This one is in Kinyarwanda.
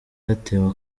hatewe